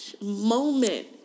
moment